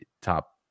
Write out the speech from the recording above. top